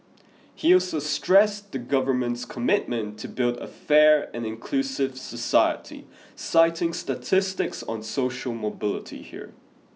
he also stressed the Government's commitment to build a fair and inclusive society citing statistics on social mobility here